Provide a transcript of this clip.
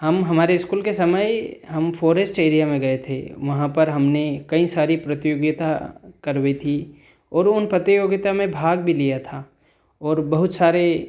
हम हमारे स्कूल के समय हम फॉरेस्ट एरिया में गए थे वहाँ पर हमने कई सारी प्रतियोगिता करवाई थी और उन प्रतियोगिता में भाग भी लिया था और बहुत सारे